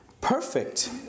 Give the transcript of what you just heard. perfect